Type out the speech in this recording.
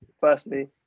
firstly